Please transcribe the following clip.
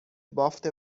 بافت